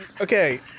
Okay